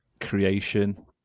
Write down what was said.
creation